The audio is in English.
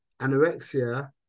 anorexia